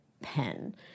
pen